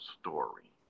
story